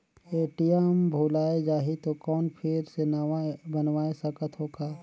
ATM भुलाये जाही तो कौन फिर से नवा बनवाय सकत हो का?